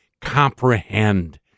comprehend